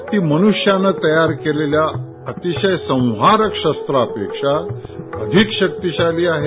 ही मन्ष्यानं तयार केलेल्या अतिशय संहारक शस्त्रापेक्षा अधिक शक्तीशाली आहे